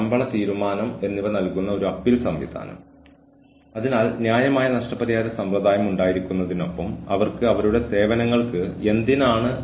ഭീഷണിപ്പെടുത്തുന്നവരെ തിരിച്ചറിയുന്നതും അവരുമായി ഇടപെടുന്നതിനുള്ള നടപടിക്രമങ്ങൾ രൂപപ്പെടുത്തുന്നതുമായ ഭീഷണിപ്പെടുത്തൽ വിരുദ്ധ നയത്തിന്റെ വികസനവും നടപ്പാക്കലും